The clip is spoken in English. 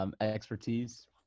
expertise